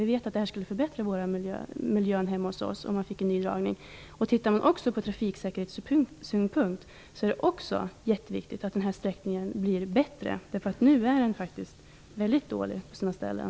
Vi vet att det skulle förbättra miljön hos oss om man fick en ny dragning. Ur trafiksäkerhetssynpunkt är det också jätteviktigt att den här sträckningen blir bättre. Nu är den faktiskt väldigt dålig på sina ställen.